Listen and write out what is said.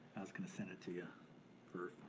i was gonna send it to ya for